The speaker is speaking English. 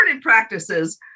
practices